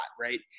right